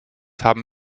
haben